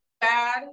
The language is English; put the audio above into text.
bad